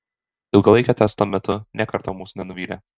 ilgalaikio testo metu nė karto mūsų nenuvylė